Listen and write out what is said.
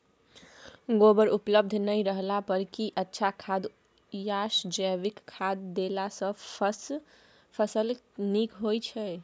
गोबर उपलब्ध नय रहला पर की अच्छा खाद याषजैविक खाद देला सॅ फस ल नीक होय छै?